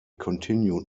continued